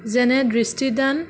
যেনে দৃষ্টিদান